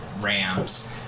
Rams